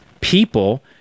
people